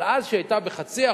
אבל אז כשהיא היתה 0.5%,